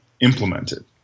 implemented